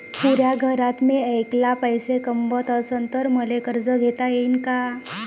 पुऱ्या घरात मी ऐकला पैसे कमवत असन तर मले कर्ज घेता येईन का?